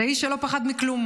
זה איש שלא פחד מכלום,